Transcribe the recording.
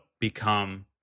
become